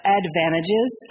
advantages